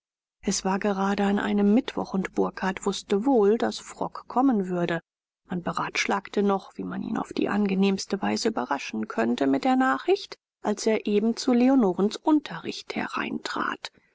es war gerade an einem mittwoch und burkhardt wußte wohl daß frock kommen würde man beratschlagte noch wie man ihn auf die angenehmste weise überraschen könnte mit der nachricht als er eben zu leonorens unterricht hereintrat